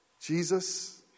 Jesus